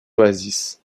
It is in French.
oasis